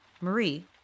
Marie